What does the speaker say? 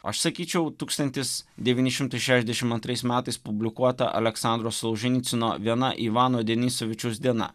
aš sakyčiau tūkstantis devyni šimtai šešiasdešim antrais metais publikuota aleksandro solženicyno viena ivano denisovičiaus diena